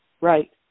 Right